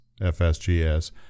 FSGS